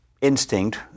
instinct